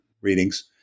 readings